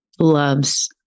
loves